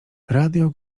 radio